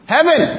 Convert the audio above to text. Heaven